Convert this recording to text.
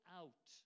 out